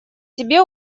себе